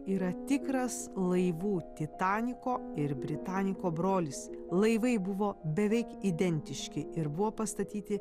yra tikras laivų titaniko ir britaniko brolis laivai buvo beveik identiški ir buvo pastatyti